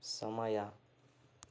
ಸಮಯ